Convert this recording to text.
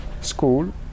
school